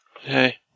Hey